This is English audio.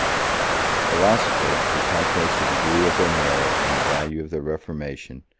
a philosopher, who calculates the degree of their merit and the value of their reformation,